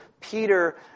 Peter